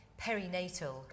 perinatal